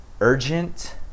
urgent